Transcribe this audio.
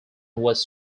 was